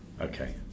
okay